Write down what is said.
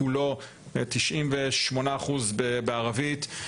98% בערבית,